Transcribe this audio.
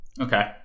Okay